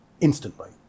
instantly